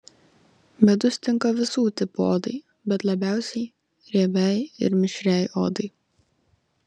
medus tinka visų tipų odai bet labiausiai riebiai ir mišriai odai